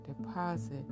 deposit